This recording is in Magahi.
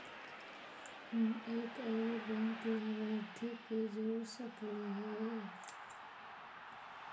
हम एक और बैंक लाभार्थी के जोड़ सकली हे?